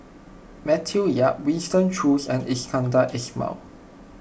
Matthew Yap Winston Choos and Iskandar Ismail